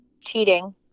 cheating